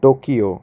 Tokyo